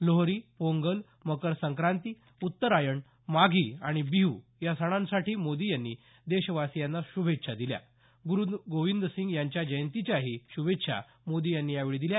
लोहरी पोंगल मकर संक्रांति उत्तरायण मादी मग आणि बिहू या सणांसाठी मोदी यांनी देशवासीयांना शुभेच्छा दिल्या ग्रुगोविंद सिंग यांच्या जयंतीच्याही शुभेच्छा मोदी यांनी यावेळी दिल्या